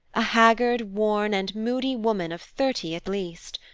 a haggard, worn, and moody woman of thirty at least.